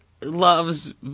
loves